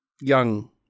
young